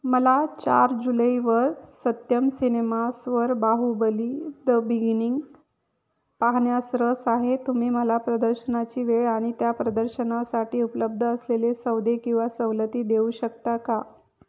मला चार जुलैवर सत्यम सिनेमास वर बाहुबली द बिगिनिंग पाहण्यास रस आहे तुम्ही मला प्रदर्शनाची वेळ आणि त्या प्रदर्शनासाठी उपलब्ध असलेले सौदे किंवा सवलती देऊ शकता का